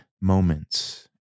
moments